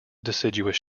deciduous